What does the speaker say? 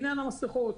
לעניין המסכות